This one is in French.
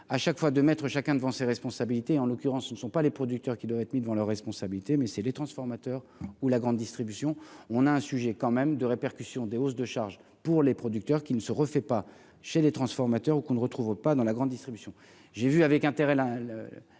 à chaque fois de mettre chacun devant ses responsabilités, en l'occurrence, ne sont pas les producteurs, qui devrait être mis devant leurs responsabilités, mais c'est les transformateurs ou la grande distribution, on a un sujet quand même de répercussion des hausses de charges pour les producteurs qui ne se refait pas chez les transformateurs ou qu'on ne retrouve pas dans la grande distribution,